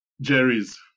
Jerry's